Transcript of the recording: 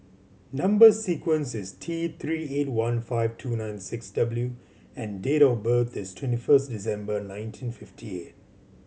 number sequence is T Three eight one five two nine six W and date of birth is twenty first December nineteen fifty eight